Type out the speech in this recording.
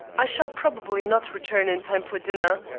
i shall probably not return in time for dinner.